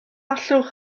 allwch